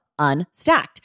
Unstacked